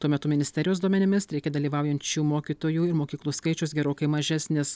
tuo metu ministerijos duomenimis streike dalyvaujančių mokytojų ir mokyklų skaičius gerokai mažesnis